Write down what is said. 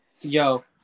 Yo